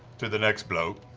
to the next bloke.